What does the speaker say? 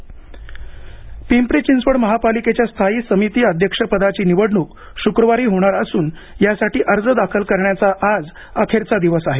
स्थायी समिती निवडणक पिंपरी चिंचवड महापालिकेच्या स्थायी समिती अध्यक्षपदाची निवडणूक शुक्रवारी होणार असून यासाठी अर्ज दाखल करण्याचा आज अखेरचा दिवस आहे